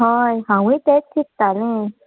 हय हांवूय तेंच चिंततालें